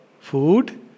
food